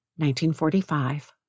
1945